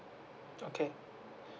okay